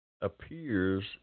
appears